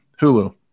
Hulu